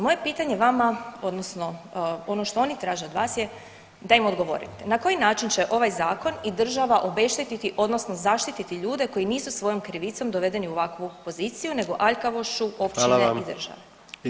Moje pitanje vama odnosno ono što oni traže od vas je da im odgovorite na koji način će ovaj zakon i država obeštetiti odnosno zaštititi ljude koji nisu svojom krivicom dovedeni u ovakvu poziciju nego aljkavošću [[Upadica: Hvala vam.]] općine i države.